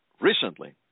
recently